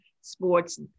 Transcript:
sports